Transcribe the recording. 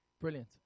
Brilliant